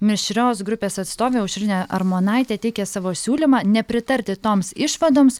mišrios grupės atstovė aušrinė armonaitė teikė savo siūlymą nepritarti toms išvadoms